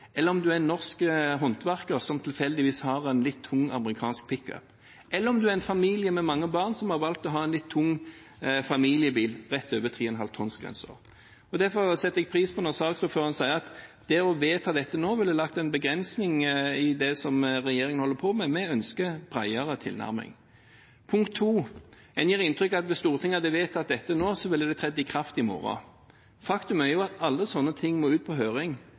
om en er en norsk håndverker som tilfeldigvis har en litt tung amerikansk pickup, eller om en er en familie med mange barn, som har valgt å ha en litt tung familiebil, rett over 3,5 tonnsgrensen. Derfor setter jeg pris på at saksordføreren sier at det å vedta dette nå, ville lagt en begrensning på det som regjeringen holder på med. Vi ønsker en bredere tilnærming. Punkt to: En gir inntrykk av at hvis Stortinget hadde vedtatt dette nå, så ville det trådt i kraft i morgen. Faktum er at alle sånne ting må ut på høring.